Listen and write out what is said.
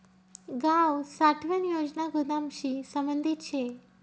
गाव साठवण योजना गोदामशी संबंधित शे